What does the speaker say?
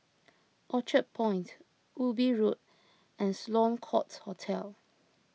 Orchard Point Ubi Road and Sloane Court Hotel